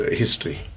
history